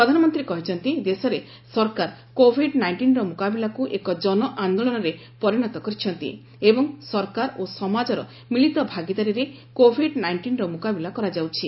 ପ୍ରଧାନମନ୍ତ୍ରୀ କହିଛନ୍ତି ଦେଶରେ ସରକାର କୋଭିଡ ନାଇଷ୍ଟିନର ମୁକାବିଲାକୁ ଏକ ଜନଆନ୍ଦୋଳନରେ ପରିଣତ କରିଛନ୍ତି ଏବଂ ସରକାର ଓ ସମାଜର ମିଳିତ ଭାଗିଦାରୀରେ କୋଭିଡ୍ ନାଇଷ୍ଟିନ୍ର ମୁକାବିଲା କରାଯାଉଛି